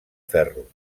ferro